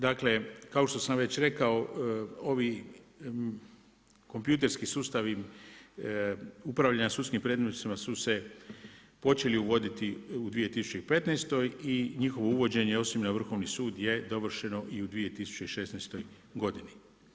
Dakle, kao što sam već rekao, ovi kompjutorski sustavi upravljanja sudskim predmetima su se počeli uvoditi u 2015. i njihovo uvođenje osim na Vrhovni sud je dovršeno i u 2016. godini.